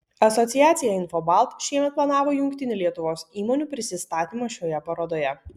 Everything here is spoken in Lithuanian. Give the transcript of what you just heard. asociacija infobalt šiemet planavo jungtinį lietuvos įmonių prisistatymą šioje parodoje